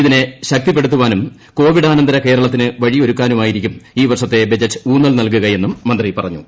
ഇതിനെ ശക്തിപ്പെടുത്താനും കോവിഡനന്തര കേരളത്തിനു വഴിയൊരുക്കാനുമായിരിക്കും ഈ വർഷത്തെ ബഡ്ജറ്റ് ഊന്നൽ നൽകുകയെന്ന് മന്ത്രി പറഞ്ഞു